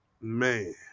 Man